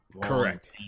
correct